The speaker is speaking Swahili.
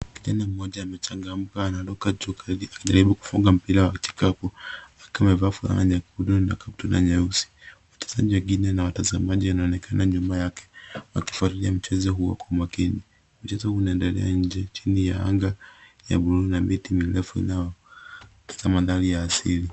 Kijana mmoja amechangamka anaruka juu akijaribu kufunga mpira wa vijikapu akiwa amevaa fulana nyekundu na kaptura nyeusi. Wachezaji wengine na watazamaji wanaonekana nyuma yake wakifuatilia mchezo huo kwa makini. Mchezo huu unaendelea nje chini ya anga ya buluu na miti mirefu katika mandhari ya asili.